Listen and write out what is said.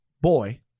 boy